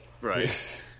Right